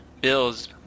Bills